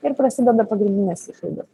ir prasideda pagrindinės išlaidos